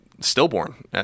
stillborn